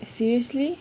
seriously